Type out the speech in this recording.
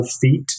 feet